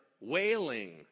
wailing